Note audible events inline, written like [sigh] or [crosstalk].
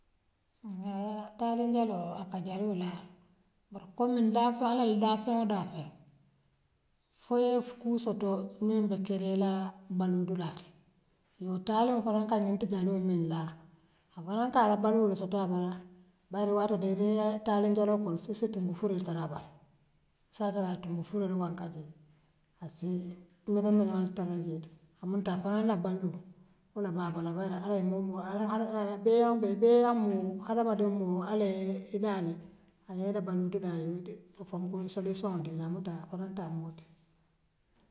[hesitation] taaliŋ jaloo aka jaloo laa bari kuwoo min daa fo allah le daa feŋ daa feŋ fooye kuu sotoo miŋ be keeriŋ ila baluu dulaa ti yoo taaliŋ fanaŋ ŋkaa ňanta jalloo yee min laa afanaň kaa la baluuwo le soto abala. Bari waati doo niŋ yee taaliŋ jaloo konu sesse tuŋ foo liyel dadaa baŋ. Sa dada tum fo doolu maŋ kar je assee miliŋ miliŋ taraa jeeto a muŋ taa foo ila baluuwo wola baaboola woo le atina allah ye moo moo allah al a la beaŋ bee beaŋ muŋ hadama diŋ mun allah yee idaa ňek anii ila ban dulaa ye ite foo faŋ kuŋ solission nkeena muŋ taa woo maŋ taa moolti.